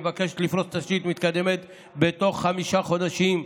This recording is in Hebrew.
מבקשת לפרוס תשתית מתקדמת בתוך חמישה חודשים,